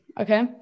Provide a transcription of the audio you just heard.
okay